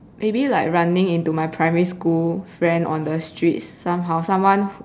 maybe like running into my primary school friend on the streets somehow someone